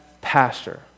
pastor